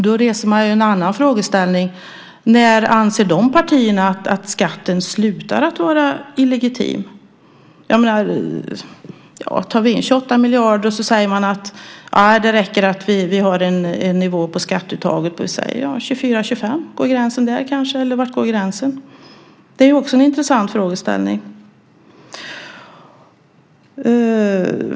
Då frågar man sig: När anser de partierna att skatten slutar att vara illegitim? Vi tar in 28 miljarder. Säger man då att det räcker att vi har en nivå på skatteuttaget på 24-25 miljarder? Går gränsen där? Var går den? Det är också en intressant frågeställning.